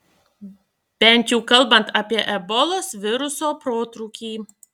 bent jau kalbant apie ebolos viruso protrūkį